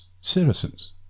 citizens